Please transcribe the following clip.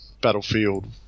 Battlefield